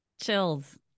Chills